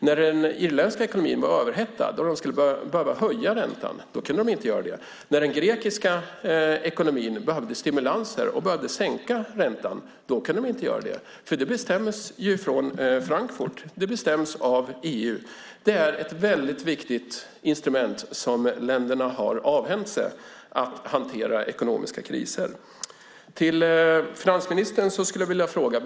När den irländska ekonomin var överhettad och de skulle ha behövt höja räntan kunde de inte göra det. När den grekiska ekonomin behövde stimulanser och sänkt ränta kunde man inte göra det, eftersom det bestäms från Frankfurt. Det bestäms av EU. Det är ett väldigt viktigt instrument för att hantera ekonomiska kriser som länderna har avhänt sig. Jag har också en fråga till finansministern.